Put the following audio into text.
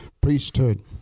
priesthood